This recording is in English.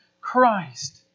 Christ